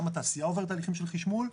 גם התעשייה עוברת הליכים של חשמול.